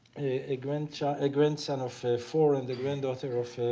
a grandson a grandson of four and the granddaughter of